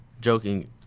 joking